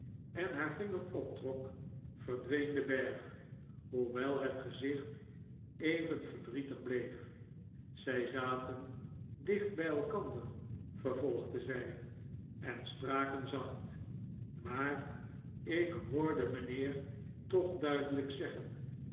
en haar vinger optrok verdween de berg hoewel het gezicht even verdrietig bleef zij zaten dicht bij elkander vervolgde zij en spraken zacht maar ik hoorde mijnheer toch duidelijk zeggen